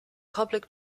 public